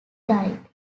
died